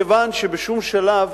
מכיוון שבשום שלב